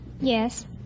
Yes